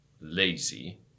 lazy